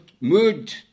mood